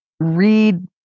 Read